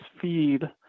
feed